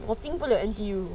我进不 liao N_T_U